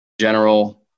general